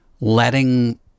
letting